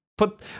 Put